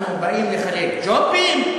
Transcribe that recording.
אנחנו באים לחלק ג'ובים?